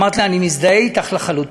ואמרתי לה: אני מזדהה אתך לחלוטין,